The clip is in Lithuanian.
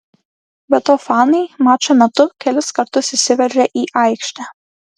be to fanai mačo metu kelis kartus įsiveržė į aikštę